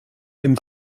dem